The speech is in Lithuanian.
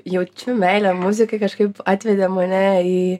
jaučiu meilę muzikai kažkaip atvedė mane į